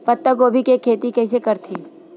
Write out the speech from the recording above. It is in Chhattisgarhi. पत्तागोभी के खेती कइसे करथे?